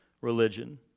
Religion